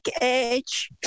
edge